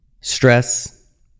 stress